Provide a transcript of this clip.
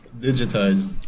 Digitized